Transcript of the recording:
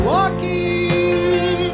walking